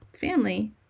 family